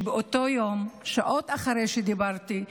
חשוב לי להדגיש שבאותו יום, שעות אחרי שדיברתי,